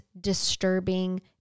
disturbing